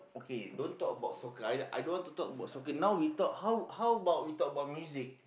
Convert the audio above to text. okay don't talk about soccer I I don't want to talk about soccer now we talk how how about we talk about music